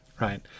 right